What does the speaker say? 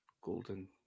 golden